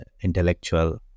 intellectual